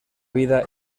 vida